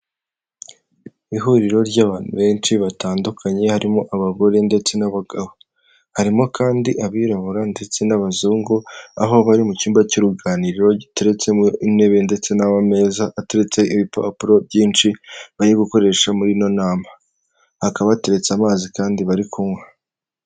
Ihuriro ry'abantu benshi batandukanye harimo abagore ndetse n'abagabo, harimo kandi abirabura ndetse n'abazungu, aho bari mu cyumba cy'uruganiriro giteretsemo intebe ndetse n'ameza, ateretseho ibipapuro byinshi bari gukoresha muri ino nama hakaba hateretse amazi kandi bari kunywa.